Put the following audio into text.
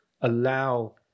allow